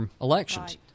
elections